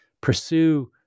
pursue